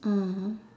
mmhmm